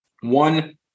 One